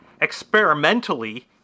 experimentally